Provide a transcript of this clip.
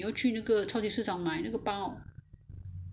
可以吗你有你有空你就去买